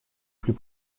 plus